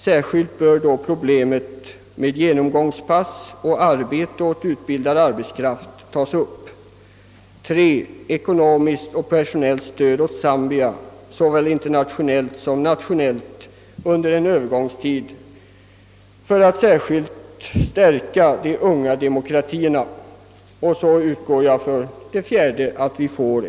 Särskilt bör problemet med genomgångspass och arbete åt utbildad arbetskraft tagas upp. 3. Ekonomiskt och personellt stöd åt Zambia såväl internationellt som nationellt under en övergångstid för att särskilt stärka de unga demokratierna. 4.